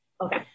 Okay